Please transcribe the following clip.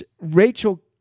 Rachel